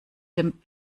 dem